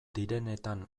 direnetan